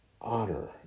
honor